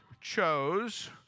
chose